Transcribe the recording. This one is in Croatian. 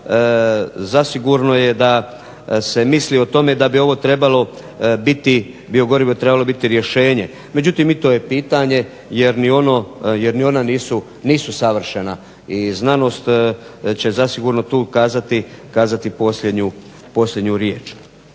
Zasigurno je da se misli o tome da bi ovo trebalo biti, biogorivo bi trebalo biti rješenje. Međutim, i to je pitanje jer ni ona nisu savršena i znanost će zasigurno tu kazati posljednju riječ.